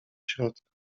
środka